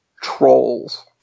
trolls